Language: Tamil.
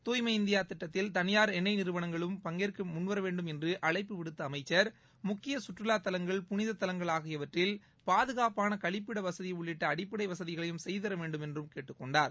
தூய்மை இந்தியா திட்டத்தில் தனியார் எண்ணெய் நிறுவனங்களும் பங்கேற்க முன்வர வேண்டும் என்று அழைப்பு விடுத்த அமைச்சர் முக்கிய குற்றுலாத் தலங்கள் புனித தலங்கள் ஆகியவற்றில் பாதுகாப்பான கழிப்பிட வசதி உள்ளிட்ட அடிப்படை வசதிகளையும் செய்துதர வேண்டும் என்று கேட்டுக் கொண்டார்